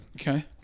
Okay